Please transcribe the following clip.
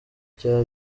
cya